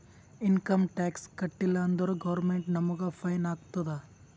income tax ಕಟ್ಟೀಲ ಅಂದುರ್ government ನಮುಗ್ ಫೈನ್ ಹಾಕ್ತುದ್